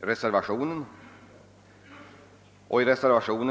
vår reservation på denna punkt.